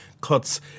cuts